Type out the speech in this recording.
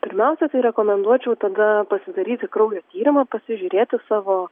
pirmiausia tai rekomenduočiau tada pasidaryti kraujo tyrimą pasižiūrėti savo